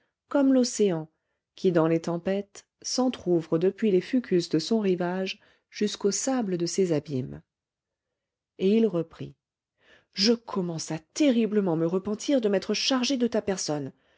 comme l'océan qui dans les tempêtes s'entrouvre depuis les fucus de son rivage jusqu'au sable de ses abîmes et il reprit je commence à terriblement me repentir de m'être chargé de ta personne